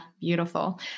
Beautiful